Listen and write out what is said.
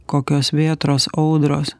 kokios vėtros audros